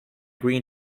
green